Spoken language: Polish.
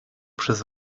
przez